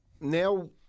Now